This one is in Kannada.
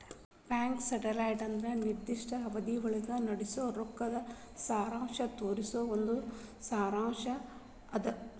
ಬ್ಯಾಂಕ್ ಸ್ಟೇಟ್ಮೆಂಟ್ ಅಂದ್ರ ನಿರ್ದಿಷ್ಟ ಅವಧಿಯೊಳಗ ನಡಸೋ ರೊಕ್ಕದ್ ಸಾರಾಂಶ ತೋರಿಸೊ ಒಂದ್ ಸಾರಾಂಶ್ ಅದ